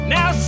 Now